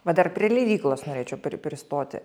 va dar prie leidyklos norėčiau pri pristoti